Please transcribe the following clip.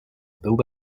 build